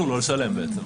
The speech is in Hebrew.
לא נכון.